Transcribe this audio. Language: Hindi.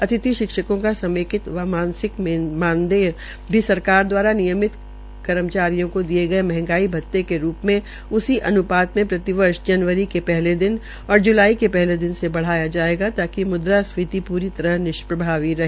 अतिथि शिक्षकों का समेकित मासिक मानदेय भी सरकार द्वारा नियमित कर्मचारियों के दिये गये मंहगाई भते के रूप में उसी के अनुपात मे प्रतिवर्ष जनवरी के पहले दिन और जुलाई के पहले दिन से बढ़ाया जायेगा ताकि मुद्रास्फीति पूरी तरह निष्प्रभावी रहे